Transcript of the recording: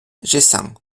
geyssans